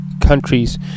countries